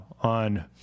on